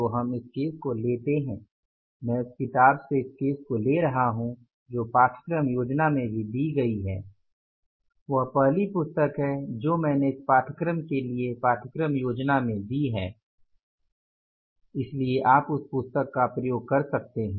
तो हम इस केस को लेते है मैं उस किताबों से केस को ले रहा हूं जो पाठ्यक्रम योजना में भी दी गई हैं वह पहली पुस्तक है जो मैंने इस पाठ्यक्रम के लिए पाठ्यक्रम योजना में दी है इसलिए आप उस पुस्तक का प्रयोग कर सकते हैं